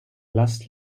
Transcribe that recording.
last